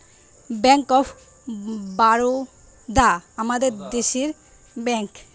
bank of Baroda আমাদের দেশের bank